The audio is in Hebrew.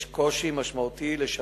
2. אם כן, מה העלתה החקירה?